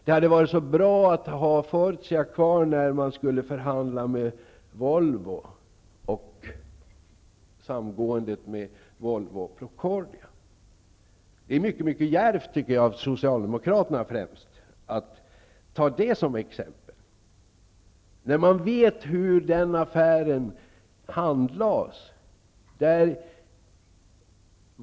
Det hade varit bra att ha Fortia kvar vid förhandlingarna med Volvo och vid samgåendet Det är djärvt av främst socialdemokraterna att ta detta som exempel. De vet hur den affären handlades.